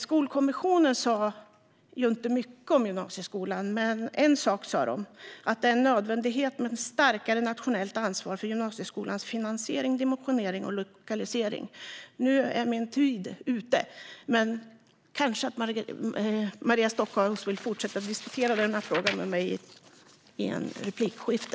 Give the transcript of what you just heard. Skolkommissionen sa inte mycket om gymnasieskolan, men man sa att det är en nödvändighet med ett starkare nationellt ansvar för gymnasieskolans finansiering, dimensionering och lokalisering. Min talartid är slut, men kanske vill Maria Stockhaus diskutera denna fråga med mig i ett replikskifte.